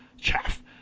chaff